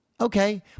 Okay